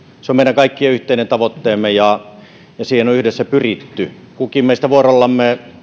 se on meidän kaikkien yhteinen tavoitteemme ja ja siihen on yhdessä pyritty kukin meistä vuorollaan